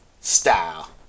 Style